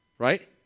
Right